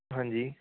ਹਾਂਜੀ